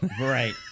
Right